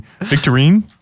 victorine